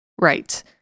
Right